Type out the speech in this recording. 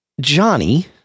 Johnny